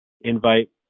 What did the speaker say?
invite